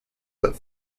that